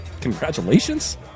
Congratulations